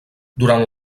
durant